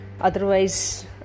otherwise